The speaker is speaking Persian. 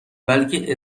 بلکه